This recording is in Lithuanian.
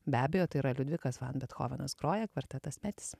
be abejo tai yra liudvikas van bethovenas groja kvartetas metis